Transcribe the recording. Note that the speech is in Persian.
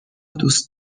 دوست